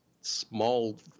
small